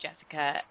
Jessica